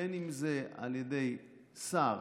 בין שזה על ידי שר